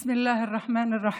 (אומרת בערבית: בשם האל הרחמן הרחום,